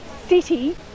city